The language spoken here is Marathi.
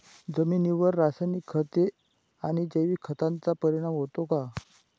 जमिनीवर रासायनिक खते आणि जैविक खतांचा परिणाम होतो का?